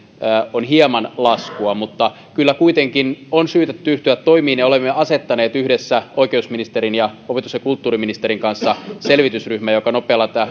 on hieman laskua mutta kyllä kuitenkin on syytä ryhtyä toimiin ja olemme asettaneet yhdessä oikeusministerin ja opetus ja kulttuuriministerin kanssa selvitysryhmän joka nopealla